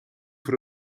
voor